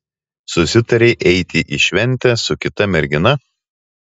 susitarei eiti į šventę su kita mergina